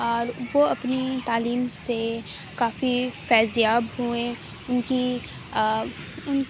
اور وہ اپنی تعلیم سے کافی فیض یاب ہوئے ان کی ان